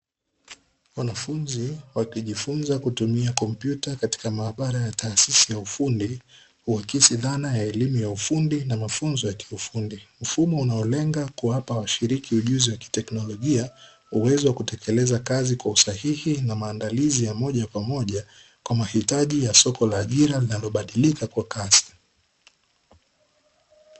Wanafunzi wakijifunza kutumia kompyuta katika maabara ya taasisi ya ufundi kuakisi dhana ya elimu ya ufundi na mafunzo ya kiufundi, mfumo unaolenga kuwapa washiriki ujuzi wa kiteknolojia, uwezo wa kutekeleza kazi kwa usahihi na maandalizi ya moja kwa moja, kwa mahitaji ya soko la ajira linalobadilika kwa kasi.